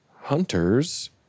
Hunters